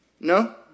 No